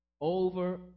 Over